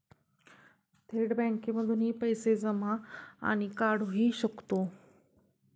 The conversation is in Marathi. थेट बँकांमधूनही पैसे जमा आणि काढुहि शकतो